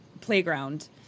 playground